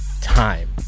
time